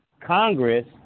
Congress